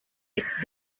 it’s